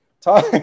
Talk